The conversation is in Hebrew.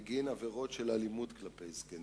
בגין עבירות של אלימות כלפי זקנים,